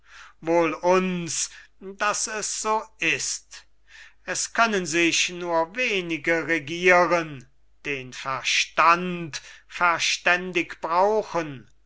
wohl uns daß es so ist es können sich nur wenige regieren den verstand verständig brauchen